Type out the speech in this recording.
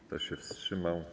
Kto się wstrzymał?